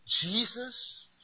Jesus